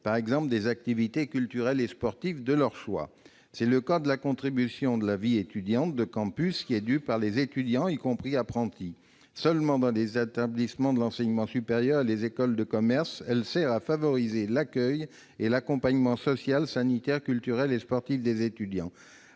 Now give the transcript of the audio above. par exemple des activités culturelles et sportives de leur choix. C'est le cas de la contribution de vie étudiante et de campus, qui est due par les seuls étudiants, y compris les apprentis, des établissements de l'enseignement supérieur et des écoles de commerce, et qui sert à favoriser l'accueil et l'accompagnement social, sanitaire, culturel et sportif des étudiants.